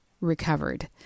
recovered